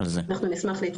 אנחנו נשמח להצטרף.